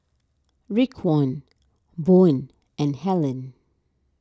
Raekwon Boone and Hellen